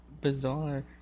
bizarre